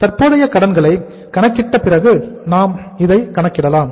தற்போதைய கடன்களை கணக்கிட்ட பிறகு நாம் இதை கணக்கிடலாம்